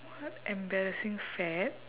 what embarrassing fad